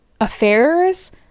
affairs